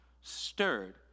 stirred